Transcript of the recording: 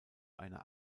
einer